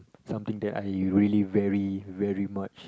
something that I really very very much